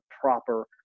proper